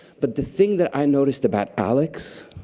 but the thing that i noticed about alex,